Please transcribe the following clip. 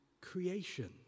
creation